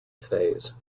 phase